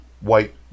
white